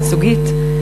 ייצוגית,